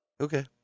Okay